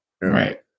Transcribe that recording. Right